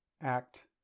act